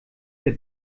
der